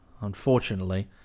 unfortunately